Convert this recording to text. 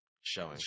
showing